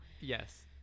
Yes